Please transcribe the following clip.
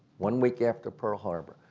one week after pearl harbor,